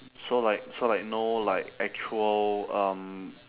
so like so like no like actual um